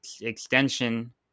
extension